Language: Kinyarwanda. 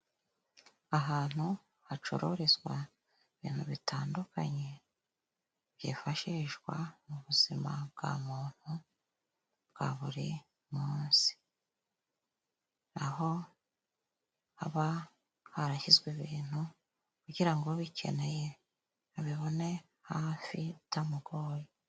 Ahantu hacururizwa ibintu bitandukanye byifashishwa mu buzima bwa muntu bwa buri munsi, aho haba harashyizwe ibintu kugira ngo ubikeneye abibone hafi bitamugoye.